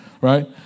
right